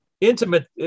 intimate